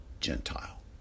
Gentile